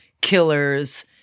Killers